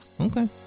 okay